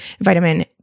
vitamin